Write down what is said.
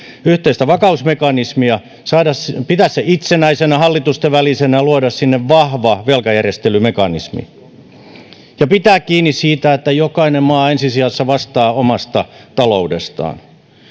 yhteistä vakausmekanismia pitää se itsenäisenä hallitusten välisenä luoda sinne vahva velkajärjestelymekanismi ja pitää kiinni siitä että jokainen maa vastaa ensi sijassa omasta taloudestaan